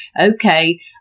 Okay